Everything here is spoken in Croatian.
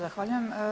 Zahvaljujem.